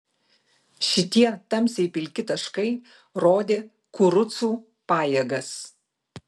šitie tamsiai pilki taškai rodė kurucų pajėgas